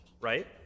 right